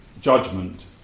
judgment